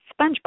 SpongeBob